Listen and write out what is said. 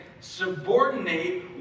subordinate